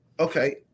okay